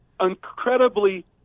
incredibly